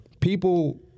people